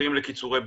לקיצורי בידודים,